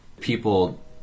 people